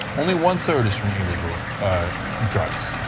only one third is from illegal drugs.